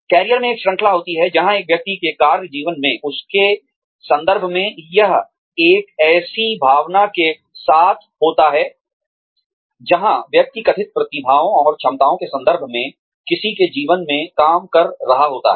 career में एक श्रृंखला होती है जहां एक व्यक्ति के कार्य जीवन में उसके संदर्भ में यह एक ऐसी भावना के साथ होता है जहां व्यक्ति कथित प्रतिभाओं और क्षमताओं के संदर्भ में किसी के जीवन में काम कर रहा होता है